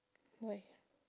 why